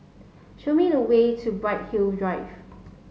show me the way to Bright Hill Drive